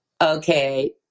Okay